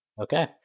Okay